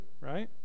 right